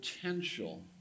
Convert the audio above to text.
potential